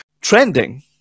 Trending